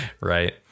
Right